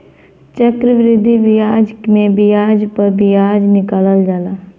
चक्रवृद्धि बियाज मे बियाज प बियाज निकालल जाला